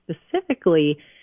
specifically